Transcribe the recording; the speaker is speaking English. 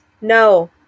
no